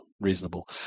reasonable